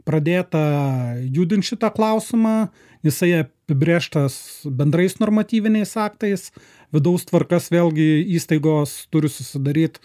pradėtą judint šitą klausimą jisai apibrėžtas bendrais normatyviniais aktais vidaus tvarkas vėlgi įstaigos turi susidaryt